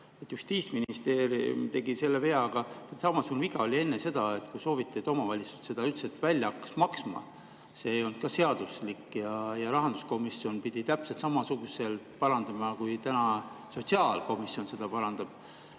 Justiitsministeerium tegi selle vea, aga samas viga oli enne seda ka see, kui sooviti, et omavalitsused hakkaksid seda välja maksma. See ei olnud ka seaduslik ja rahanduskomisjon pidi täpselt samasuguselt parandama, kui täna sotsiaalkomisjon seda parandab.